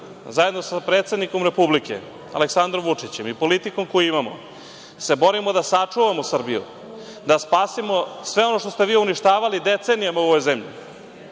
zajedno sa predsednikom Republike Aleksandrom Vučićem i politikom koju imamo se borimo da sačuvamo Srbiju, da spasimo sve ono što ste vi uništavali decenijama u ovoj zemlji,